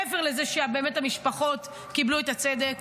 מעבר לזה שהמשפחות באמת קיבלו צדק?